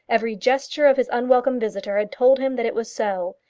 every gesture of his unwelcome visitor had told him that it was so.